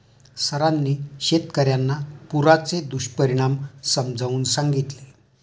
सरांनी शेतकर्यांना पुराचे दुष्परिणाम समजावून सांगितले